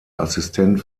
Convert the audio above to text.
assistent